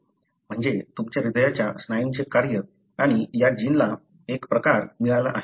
म्हणजे तुमच्या हृदयाच्या स्नायूंचे कार्य आणि या जीनला एक प्रकार मिळाला आहे